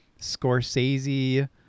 Scorsese